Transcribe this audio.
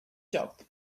job